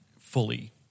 fully